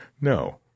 no